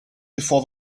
before